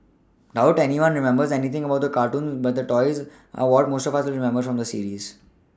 doubt anyone remembers anything about the cartoons but the toys are what most of us will remember from this series